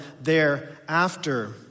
thereafter